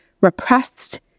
repressed